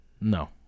No